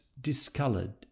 discoloured